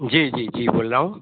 जी जी जी बोल रा हूँ